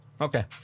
Okay